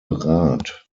rat